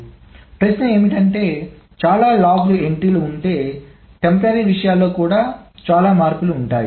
కాబట్టి ప్రశ్న ఏమిటంటే చాలా లాగ్ ఎంట్రీలు ఉంటే తాత్కాలిక విషయాలలో కూడా చాలా మార్పులు ఉంటాయి